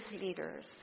leaders